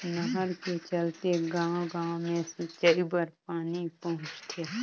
नहर के चलते गाँव गाँव मे सिंचई बर पानी पहुंचथे